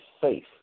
safe